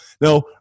Now